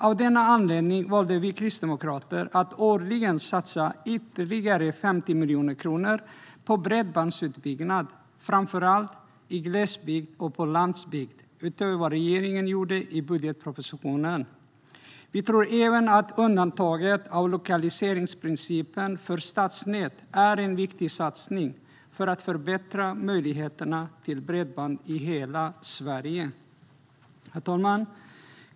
Av denna anledning valde vi kristdemokrater att årligen satsa ytterligare 50 miljoner på bredbandsutbyggnad, framför allt i glesbygd och på landsbygd, utöver vad regeringen gjorde i budgetpropositionen. Vi tror även att undantaget i lokaliseringsprincipen för stadsnät är en viktig satsning för att förbättra möjligheterna till bredband i hela Sverige. Herr talman!